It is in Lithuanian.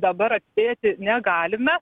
dabar atspėti negalime